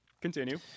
Continue